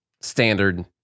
Standard